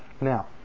now